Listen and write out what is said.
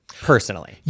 personally